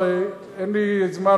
אין לי זמן,